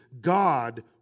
God